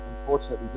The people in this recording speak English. unfortunately